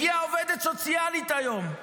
הגיעה עובדת סוציאלית היום,